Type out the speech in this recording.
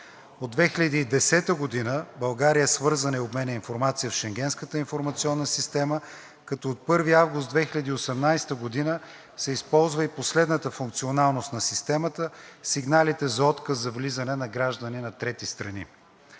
От 2010 г. България е свързана и обменя информация в Шенгенската информационна система, като от 1 август 2018 г. се използва и последната функционалност на системата – сигналите за отказ за влизане на граждани на трети страни.